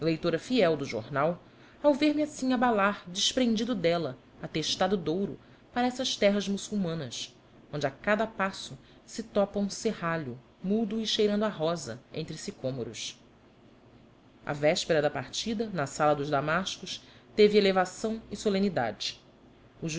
fiel do jornal ao ver-me assim abalar desprendido dela atestado de ouro para essas terras muçulmanas onde a cada passo se topa um serralho mudo e cheirando a rosa entre sicômoros a véspera da partida na sala dos damascos teve elevação e solenidade